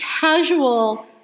casual